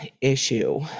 issue